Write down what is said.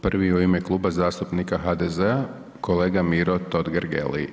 Prvi u ime Kluba zastupnika HDZ-a kolega Miro Totgergeli.